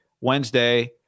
Wednesday